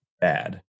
bad